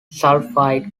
sulfide